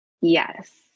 Yes